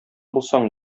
булсаң